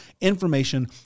information